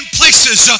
places